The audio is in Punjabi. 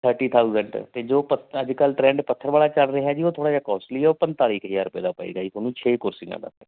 ਥਰਟੀ ਥਾਊਸੰਡ ਅਤੇ ਜੋ ਪਤ ਅੱਜ ਕੱਲ੍ਹ ਟਰੈਂਡ ਪੱਥਰ ਵਾਲਾ ਚੱਲ ਰਿਹਾ ਜੀ ਉਹ ਥੋੜ੍ਹਾ ਜਿਹਾ ਕੋਸਟਲੀ ਹੈ ਉਹ ਪੰਤਾਲੀ ਕੁ ਹਜ਼ਾਰ ਰੁਪਏ ਦਾ ਪਵੇਗਾ ਜੀ ਤੁਹਾਨੂੰ ਛੇ ਕੁਰਸੀਆਂ ਦਾ